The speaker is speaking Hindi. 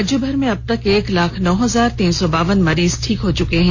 राज्यभर में अबतक एक लाख नौ हजार तीन सौ बावन मरीज ठीक हो चुके हैं